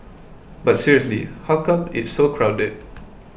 but seriously how come it's so crowded